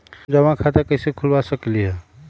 हम जमा खाता कइसे खुलवा सकली ह?